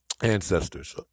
ancestors